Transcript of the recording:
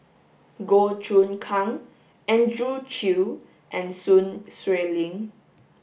Goh Choon Kang Andrew Chew and Sun Xueling